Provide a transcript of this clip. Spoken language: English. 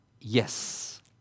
Yes